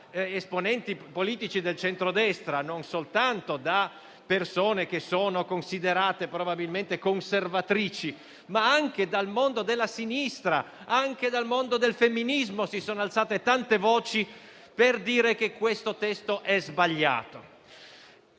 esponenti politici del centrodestra e da persone considerate probabilmente conservatrici, ma anche dal mondo della sinistra; anche dal mondo del femminismo si sono alzate tante voci per dire che questo testo è sbagliato.